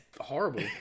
horrible